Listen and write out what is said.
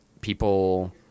People –